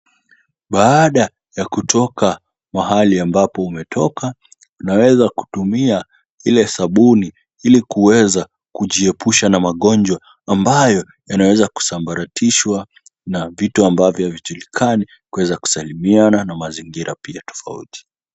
Baada ya kutoka mahali ambapo umetoka, unaweza kutumia ile sabuni ili kuweza kujiepusha na magonjwa ambayo yanaweza kusambaratishwa na vitu ambavyo vitajulikana kuweza kusalimiana na mazingira pia tofauti.